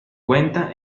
cuenta